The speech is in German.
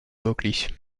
möglich